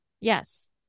Yes